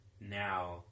now